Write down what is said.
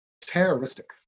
terroristic